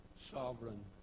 sovereign